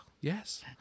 Yes